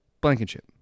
blankenship